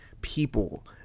people